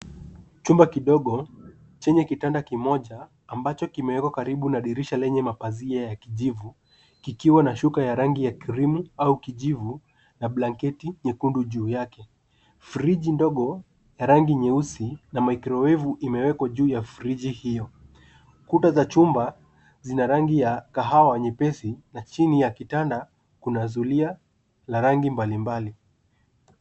Chumba kidogo chenye kitanda kimoja ambacho kimewekwa karibu na dirisha lenye mapazia ya kijivu kikiwa na shuka ya rangi ya krimu au kijivu na blanketi nyekundu juu yake. Friji ndogo ya rangi nyeusi na maicrowevu imewekwa juu ya friji hio. Kuta za chumba zina rangi ya kahawa nyepesi na chini ya kitanda kuna zulia la rangi mbalimbali.